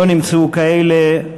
לא נמצאו כאלה.